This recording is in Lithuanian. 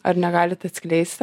ar negalit atskleisti